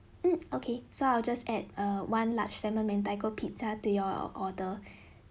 mm okay so I'll just add err one large salmon mentaiko pizza to your order